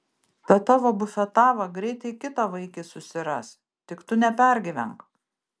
ta tavo bufetava greitai kitą vaikį susiras tik tu nepergyvenk